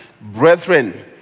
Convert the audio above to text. Brethren